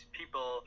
people